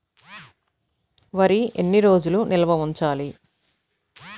వరి ఎన్ని రోజులు నిల్వ ఉంచాలి?